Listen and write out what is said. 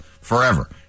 forever